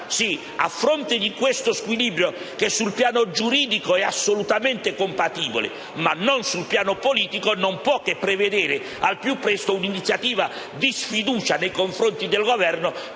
a fronte di questo squilibrio (che sul piano giuridico è assolutamente compatibile, ma non sul piano politico), non possa che prevedere al più presto un'iniziativa di sfiducia nei confronti del Governo,